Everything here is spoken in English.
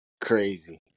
crazy